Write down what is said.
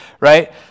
right